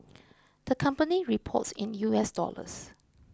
the company reports in U S dollars